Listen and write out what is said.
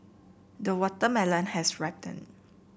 the watermelon has ripened